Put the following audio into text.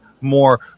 more